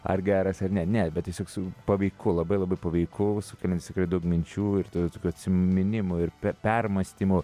ar geras ar ne ne bet tiesiog paveiku labai labai paveiku sukeliantis tikrai daug minčių ir tokių atsiminimų ir per permąstymų